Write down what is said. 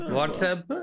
WhatsApp